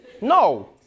no